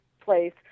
place